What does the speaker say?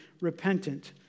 repentant